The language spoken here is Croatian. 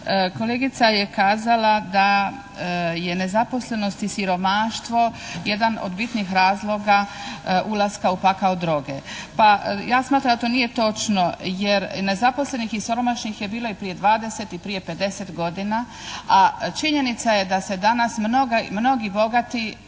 Kolegica je kazala da je nezaposlenost i siromaštvo jedan od bitnih razloga ulaska u pakao droge. Pa ja smatram da to nije točno jer nezaposlenih i siromašnih je bilo i prije 20 i prije 50 godina. A činjenica je da se danas mnoga, mnogi